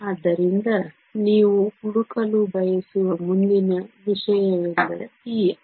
ಆದ್ದರಿಂದ ನೀವು ಹುಡುಕಲು ಬಯಸುವ ಮುಂದಿನ ವಿಷಯವೆಂದರೆ EF